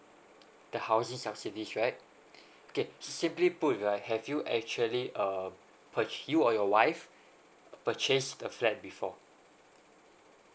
the housing subsidies right okay simply put right have you actually uh you or your wife purchase the flat before